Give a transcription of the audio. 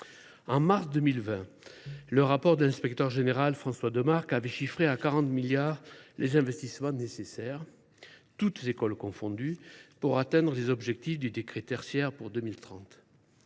En mars 2020, le rapport de l’ingénieur général des mines François Démarcq avait chiffré à 40 milliards d’euros les investissements nécessaires, toutes écoles confondues, pour atteindre les objectifs du décret « tertiaire » pour 2030.